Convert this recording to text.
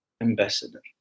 ambassador